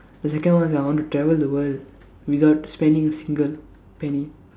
the second one is I want to travel the world without spending single penny